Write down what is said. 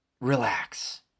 Relax